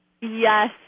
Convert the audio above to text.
Yes